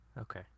Okay